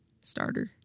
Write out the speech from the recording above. starter